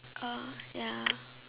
oh ya